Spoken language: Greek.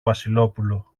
βασιλόπουλο